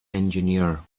engineer